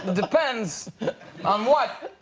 depends on what